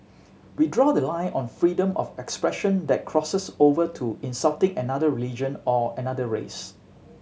we draw the line on freedom of expression that crosses over to insulting another religion or another race